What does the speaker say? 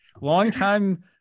Longtime